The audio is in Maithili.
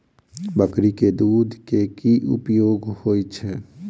बकरी केँ दुध केँ की उपयोग होइ छै?